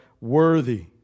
worthy